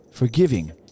forgiving